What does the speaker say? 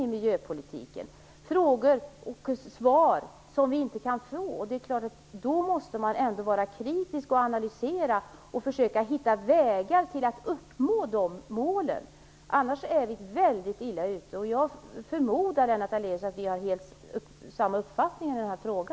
Det finns frågor vi inte kan få svar på. Det är klart att man då ändå måste vara kritisk och analysera och försöka hitta vägar att uppnå de målen. Annars är vi väldigt illa ute. Jag förmodar, Lennart Daléus, att vi har samma uppfattning i denna fråga.